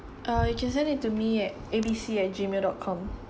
err you can send it to me at A B C at Gmail dot com